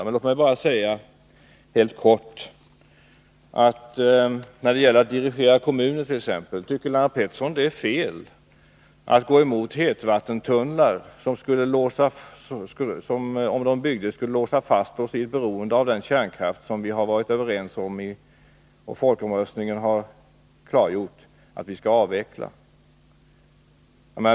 Men låt mig beträffande talet om att dirigera kommuner helt kortfattat fråga: Tycker Lennart Pettersson att det är fel att gå emot förslag om hetvattentunnlar, som skulle låsa oss fast vid ett beroende av den kärnkraft som vi genom folkomröstningen har bestämt oss för att avveckla?